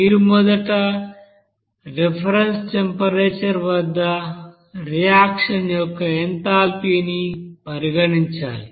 మీరు మొదట reference temperature వద్ద రియాక్షన్ యొక్క ఎంథాల్పీని పరిగణించాలి